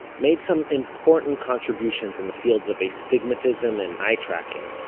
made some important contributions in the fields of astigmatism and eye tracking,